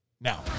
now